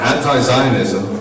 Anti-Zionism